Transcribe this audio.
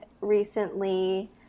recently